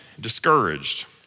discouraged